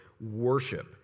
worship